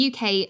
uk